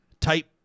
type